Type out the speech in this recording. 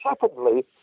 secondly